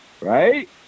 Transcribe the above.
right